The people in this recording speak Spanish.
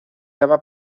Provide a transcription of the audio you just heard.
daba